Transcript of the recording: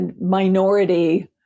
minority